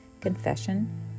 confession